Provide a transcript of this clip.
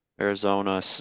Arizona